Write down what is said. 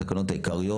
התקנות העיקריות.